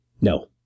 No